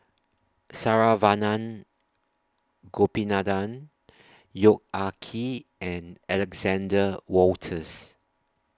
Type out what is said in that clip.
Saravanan Gopinathan Yong Ah Kee and Alexander Wolters